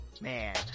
Man